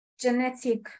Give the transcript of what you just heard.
genetic